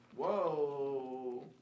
Whoa